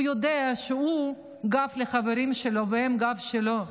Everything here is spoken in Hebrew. הוא יודע שהוא הגב לחברים שלו והם הגב שלו.